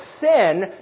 sin